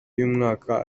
y’umwaka